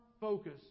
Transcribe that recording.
focus